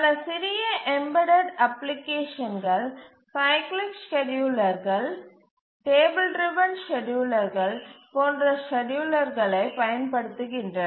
பல சிறிய எம்பெடட் அப்ளிகேஷன்கள் சைக்கிளிக் ஸ்கேட்யூலர்கள் டேபிள் டிரவன் ஸ்கேட்யூலர்கள் போன்ற ஸ்கேட்யூலர்களைப் பயன்படுத்துகின்றன